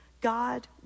God